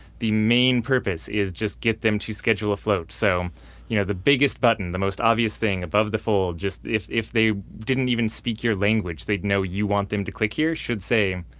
the main purpose is just get them to schedule a float. so you know the biggest button, the most obvious thing, above the fold, is just if if they didn't even speak your language, they'd know you want them to click here, should say,